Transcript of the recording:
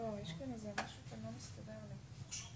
אתם סותמים את